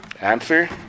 Answer